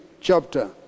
chapter